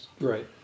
Right